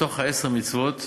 בתוך עשר המצוות